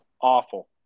awful